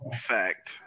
Fact